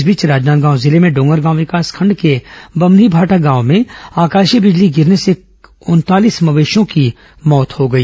इस बीच राजनांदगांव जिले में डोंगरगांव विकासखंड के बम्हनीमाठा गाँव में आकाशीय बिजली गिरने से करीब उनतालीस मवेशियों की मौत हो गई